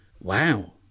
Wow